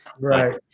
Right